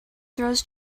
throws